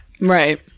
Right